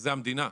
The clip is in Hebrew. וזו המדינה,